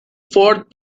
ford